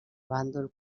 bàndol